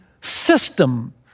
system